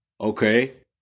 Okay